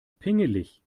pingelig